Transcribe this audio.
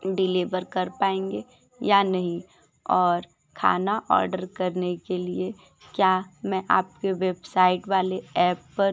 deliver कर पाएँगे या नहीं और खाना ऑर्डर करने के लिए क्या मैं आपके वेबसाइट वाले एप पर